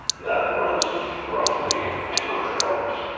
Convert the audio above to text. that runs roughly two hundred dollars.